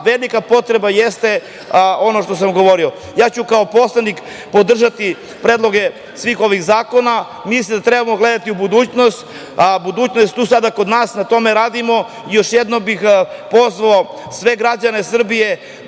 a velika potreba jeste ono što sam govorio. Ja ću kao poslanik podržati predloge svih ovih zakona. Mislim da treba da gledamo u budućnost. Budućnost je tu sada kod nas, na tome radimo. Još jednom bih pozvao sve građane Srbije